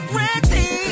ready